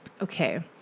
Okay